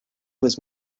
was